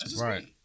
Right